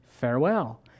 Farewell